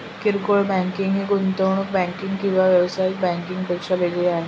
किरकोळ बँकिंग ही गुंतवणूक बँकिंग किंवा व्यावसायिक बँकिंग पेक्षा वेगळी आहे